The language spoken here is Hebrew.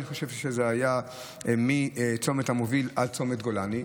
אני חושב שזה היה מצומת המוביל עד צומת גולני,